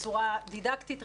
בצורה דידקטית,